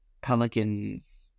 Pelicans